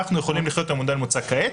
אנחנו יכולים לחיות עם המודל המוצע כעת,